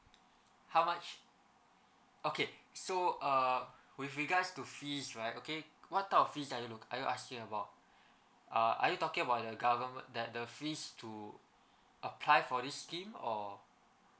how much okay so (e)rr with regards to fees right okay what type of fees are you look are you asking about uh are you talking about the government that the fees to apply for the scheme or